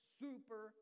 super